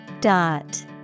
Dot